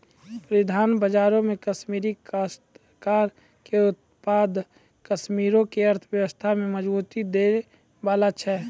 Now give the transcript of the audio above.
परिधान बजारो मे कश्मीरी काश्तकार के उत्पाद कश्मीरो के अर्थव्यवस्था में मजबूती दै बाला छै